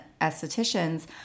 estheticians